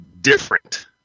different